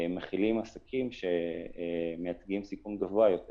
מכילים עסקים שמייצגים סיכון גבוה יותר